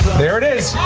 there it is!